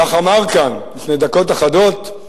כך אמר כאן לפני דקות אחדות,